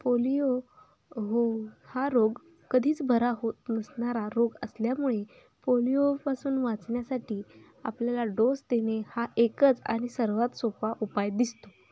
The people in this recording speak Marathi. पोलिओ हो हा रोग कधीच बरा होत नसणारा रोग असल्यामुळे पोलिओपासून वाचण्यासाठी आपल्याला डोस देणे हा एकच आणि सर्वात सोपा उपाय दिसतो